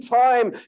time